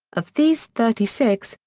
of these thirty six,